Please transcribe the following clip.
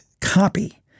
copy